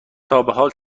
تابحال